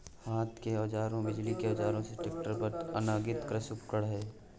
हाथ के औजारों, बिजली के औजारों से लेकर ट्रैक्टरों तक, अनगिनत कृषि उपकरण हैं